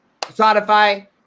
Spotify